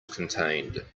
contained